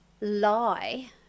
lie